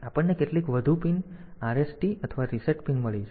પછી આપણને કેટલીક વધુ પિન RST અથવા રીસેટ પિન મળી છે